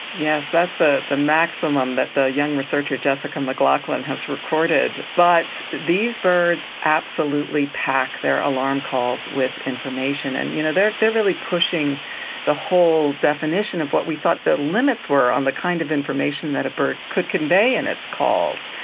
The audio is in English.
yes, that's the the maximum that the young researcher jessica mclachlan has recorded. but these birds absolutely pack their alarm calls with information. and you know they are really pushing the whole definition of what we thought the limits were on the kind of information that a bird could convey in its calls.